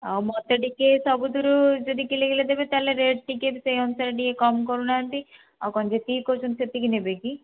ଆଉ ମତେ ଟିକେ ସବୁଥିରୁ ଯଦି କିଲେ କିଲେ ଦେବେ ତା'ହେଲେ ରେଟ୍ ଟିକେ ସେଇ ଅନୁସାରେ ଟିକେ କମ୍ କରୁନାହାନ୍ତି ଆଉ କ'ଣ ଯେତିକି କହୁଛନ୍ତି ସେତିକି ନେବେ କି